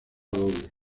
doble